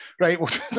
right